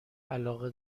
علاقه